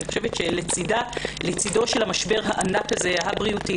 לצדו של המשבר הענק הזה הבריאותי,